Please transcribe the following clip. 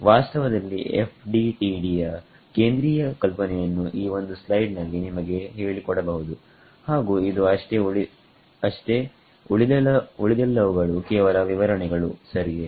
ವಾಸ್ತವದಲ್ಲಿ FDTD ಯ ಕೇಂದ್ರೀಯ ಕಲ್ಪನೆಯನ್ನು ಈ ಒಂದು ಸ್ಲೈಡ್ ನಲ್ಲಿ ನಿಮಗೆ ಹೇಳಿಕೊಡಬಹುದು ಹಾಗು ಇದು ಅಷ್ಟೇ ಉಳಿದೆಲ್ಲವುಗಳು ಕೇವಲ ವಿವರಣೆಗಳು ಸರಿಯೇ